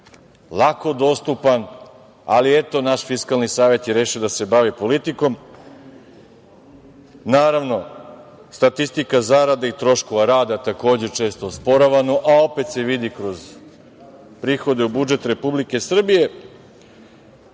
lako dostupan, ali, eto, naš Fiskalni savet je rešio da se bavi politikom. Naravno, statistika zarade i troškova rada je takođe često osporavana, a opet se vidi kroz prihode u budžet Republike Srbije.